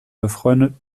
befreundeten